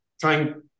trying